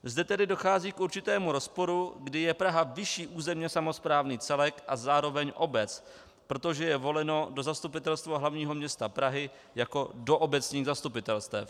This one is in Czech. Zde tedy dochází k určitému rozporu, kdy je Praha vyšší územně samosprávný celek a zároveň obec, protože je voleno do Zastupitelstva hlavního města Prahy jako do obecních zastupitelstev.